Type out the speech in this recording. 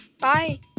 Bye